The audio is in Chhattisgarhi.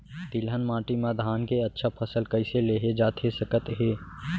तिलहन माटी मा धान के अच्छा फसल कइसे लेहे जाथे सकत हे?